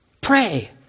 Pray